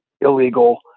illegal